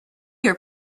your